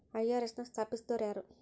IRS ನ ಸ್ಥಾಪಿಸಿದೊರ್ಯಾರು?